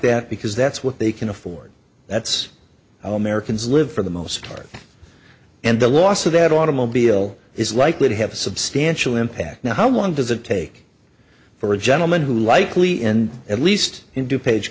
that because that's what they can afford that's how americans live for the most part and the loss of that automobile is likely to have a substantial impact now how long does it take for a gentleman who likely in at least in du page